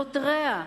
נוטריה,